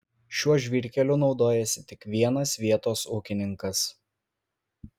šiuo žvyrkeliu naudojasi tik vienas vietos ūkininkas